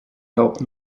helped